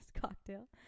cocktail